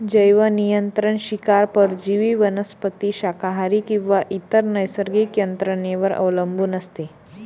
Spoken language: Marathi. जैवनियंत्रण शिकार परजीवी वनस्पती शाकाहारी किंवा इतर नैसर्गिक यंत्रणेवर अवलंबून असते